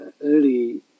early